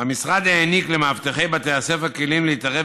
המשרד העניק למאבטחי בתי הספר כלים להתערב